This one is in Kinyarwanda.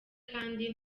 kandi